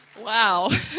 Wow